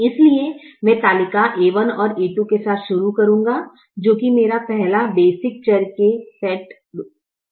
इसलिए मैं तालिका a1 और a2 के साथ शुरू करूंगा जो की मेरा पहला बेसिक चर के सेट के रूप में होगा